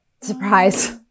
surprise